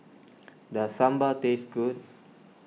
does Sambar taste good